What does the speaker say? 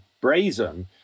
brazen